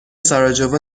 ساراجوو